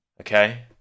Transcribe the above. Okay